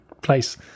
place